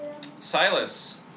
Silas